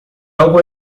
algo